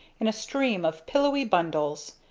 in a stream of pillowy bundles.